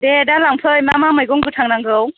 दे दा लांफै मा मा मैगं गोथां नांगौ